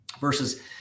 Versus